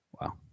Wow